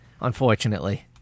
Unfortunately